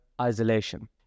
isolation